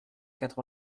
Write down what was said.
quatre